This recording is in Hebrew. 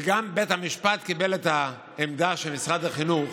וגם בית המשפט קיבל את העמדה של משרד החינוך